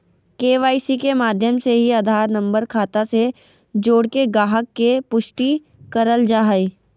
KYC के माध्यम से ही आधार नम्बर खाता से जोड़के गाहक़ के पुष्टि करल जा हय